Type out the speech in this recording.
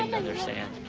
understand.